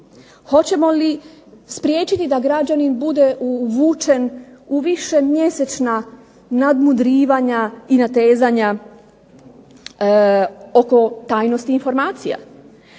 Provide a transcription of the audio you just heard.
Hoćemo li spriječiti da građanin bude uvučen u višemjesečna nadmudrivanja i natezanja oko tajnosti informacija.